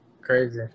crazy